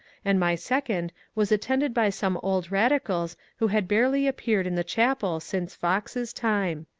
and my second was attended by some old radicals who had rarely appeared in the chapel since fox's time.